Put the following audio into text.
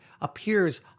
appears